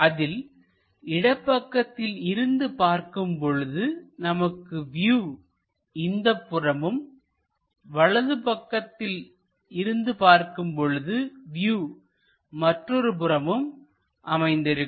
அதில் இடப்பக்கத்தில் இருந்து பார்க்கும் பொழுது நமக்கு வியூ இந்தப் புறமும் வலப் பக்கத்தில் இருந்து பார்க்கும் பொழுது வியூ மற்றொரு புறமும் அமைந்திருக்கும்